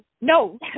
No